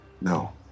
No